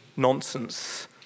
nonsense